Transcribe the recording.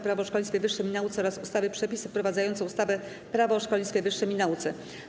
Prawo o szkolnictwie wyższym i nauce oraz ustawy - Przepisy wprowadzające ustawę - Prawo o szkolnictwie wyższym i nauce.